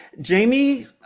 Jamie